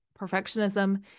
perfectionism